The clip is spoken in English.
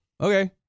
okay